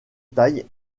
taille